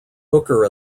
hooker